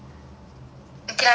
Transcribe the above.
okay lah I think you would lah